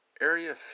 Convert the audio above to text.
Area